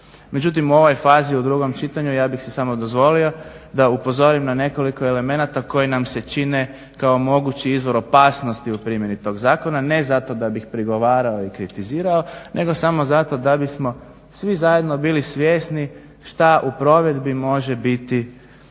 Međutim u ovoj fazi u drugom čitanju ja bih si samo dozvolio da upozorim na nekoliko elemenata koji nam se čine kao mogući izvor opasnosti u primjeni tog zakona, ne zato da bi prigovarao i kritizirao nego samo zato da bismo svi zajedno bili svjesni šta u provedbi mogu biti